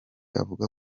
avuga